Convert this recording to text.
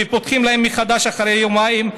ופותחים להם מחדש אחרי יומיים,